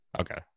okay